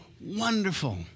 wonderful